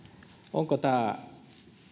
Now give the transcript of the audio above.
onko tämä